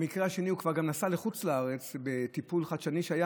במקרה השני הוא כבר נסע לחוץ לארץ לטיפול חדשני שהיה,